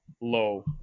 low